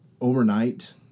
overnight